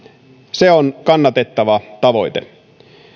se on kannatettava tavoite